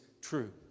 true